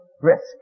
risk